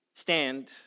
stand